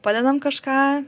padedam kažką